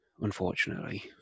unfortunately